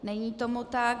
Není tomu tak.